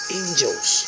angels